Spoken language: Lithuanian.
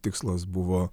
tikslas buvo